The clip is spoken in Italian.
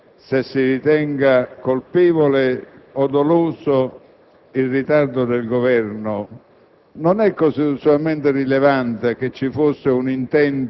Non è costituzionalmente rilevante se si ritenga colpevole o doloso il ritardo del Governo.